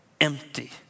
empty